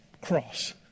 cross